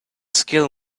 scale